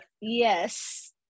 Yes